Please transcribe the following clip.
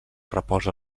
reposa